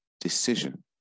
decision